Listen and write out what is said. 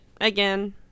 again